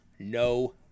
no